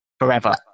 forever